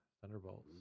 Thunderbolts